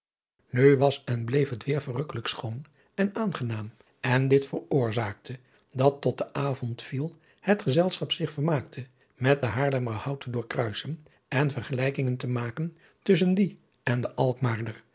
nu was en bleef het weêr verrukkelijk schoon en aangenaam en dit veroorzaakte dat tot de avond viel het gezelschap zich vermaakte met den haarlemmer hout te doorkruisen en vergelijkingen te maken tusschen dien en den